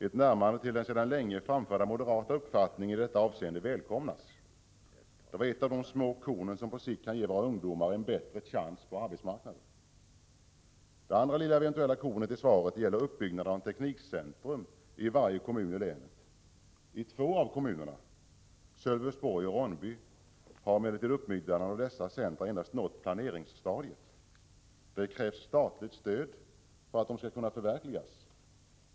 Ett närmande till den sedan länge framförda moderata uppfattningen i detta avseende välkomnas. Detta var ett av de små kornen, som på sikt kan ge våra ungdomar en bättre chans på arbetsmarknaden. Det andra lilla kornet som eventuellt finns i svaret gäller utbyggnaden av teknikcentrum i varje kommun i länet. I två av kommunerna, Sölvesborg och Ronneby, har emellertid uppbyggnaden av dessa centra endast nått planeringsstadiet. Det krävs statligt stöd för att det hela skall kunna förverkligas.